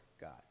God